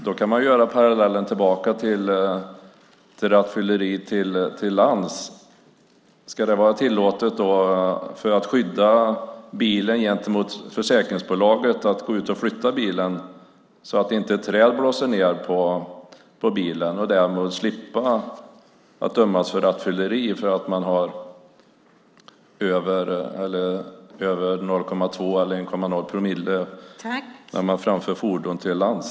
Man kan då göra en parallell med rattfylleri på land. Ska det vara tillåtet med tanke på försäkringsbolaget att skydda bilen genom att gå ut och flytta bilen så att inte ett träd blåser ned på bilen och att man ska slippa dömas för rattfylleri om man har över 0,2 eller 1,0 promille när man framför fordon på land?